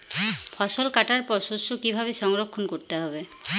ফসল কাটার পর শস্য কীভাবে সংরক্ষণ করতে হবে?